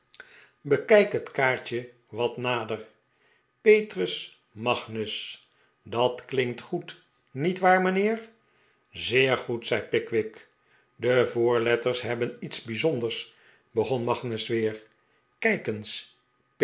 nieuwe reisgenoot kaartje wat nader petrus magnus dat klinkt goed niet waar mijnheer zeer goed zei pickwick de voorletters hebben iets bijzonders begon magnus weer kijk eens